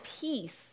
peace